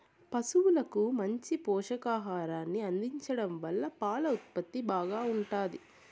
పసువులకు మంచి పోషకాహారాన్ని అందించడం వల్ల పాల ఉత్పత్తి బాగా ఉంటాది